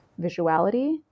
visuality